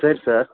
சரி சார்